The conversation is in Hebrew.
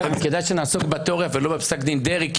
כדאי שנעסוק בתיאוריה ולא בפסק דין דרעי.